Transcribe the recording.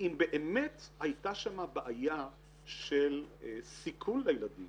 אם באמת הייתה שם בעיה של סיכון לילדים